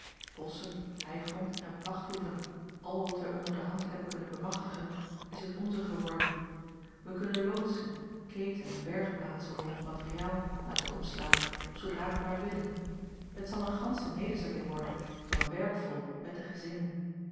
bosschen heigrond en pachthoeven al wat wij onder de hand hebben kunnen bemachtigen is het onze geworden wij kunnen loodsen keten en bergplaatsen voor ons materiaal laten opslaan zoodra wij maar willen het zal eene gansche nederzetting worden van werkvolk met de gezinnen